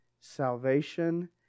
salvation